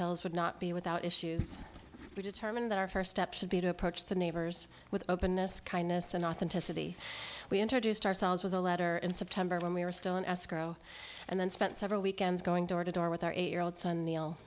hills would not be without issues we determined that our first step should be to approach the neighbors with openness kindness and authenticity we introduced ourselves with a letter in september when we were still in escrow and then spent several weekends going door to door with our eight year old son neil